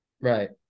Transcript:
Right